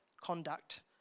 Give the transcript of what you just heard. conduct